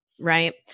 Right